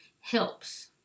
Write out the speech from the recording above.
helps